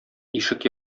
ишек